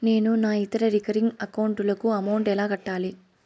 నేను నా ఇతర రికరింగ్ అకౌంట్ లకు అమౌంట్ ఎలా కట్టాలి?